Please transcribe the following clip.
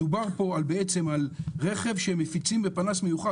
מדובר פה בעצם על רכב שמפיץ בפנס מיוחד